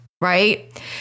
Right